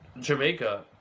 Jamaica